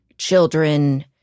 children